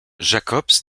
jacobs